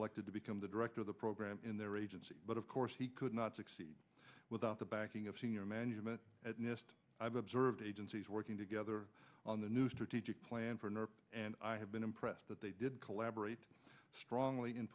selected to become the director of the program in their agency but of course he could not succeed without the backing of senior management at nist i have observed agencies working together on the new strategic plan for north and i have been impressed that they did collaborate strongly in